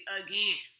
again